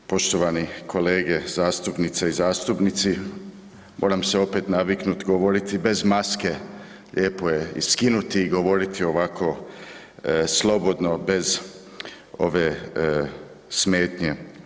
Poštovani kolege zastupnice i zastupnici, moram se opet naviknut govoriti bez maske, lijepo je i skinuti i govoriti ovako slobodno bez ove smetnje.